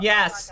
Yes